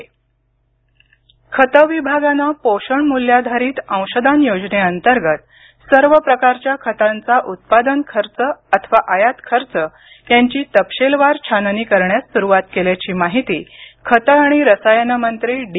खतं छाननी खतं विभागानं पोषण मूल्याधारित अंशदान योजनेअंतर्गत सर्व प्रकारच्या खतांचा उत्पादन खर्च अथवा आयात खर्च यांची तपशीलवार छाननी करण्यास सुरुवात केल्याची माहिती खतं आणि रसायनंमंत्री डी